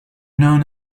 known